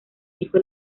hijo